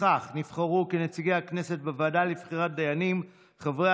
לפיכך נבחרו כנציגי הכנסת בוועדה לבחירת דיינים חברת